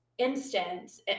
instance